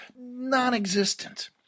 non-existent